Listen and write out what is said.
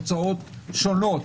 אני מבטיח לכם תוצאות שונות.